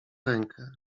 rękę